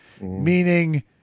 Meaning